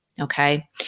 Okay